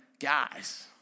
guys